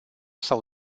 sau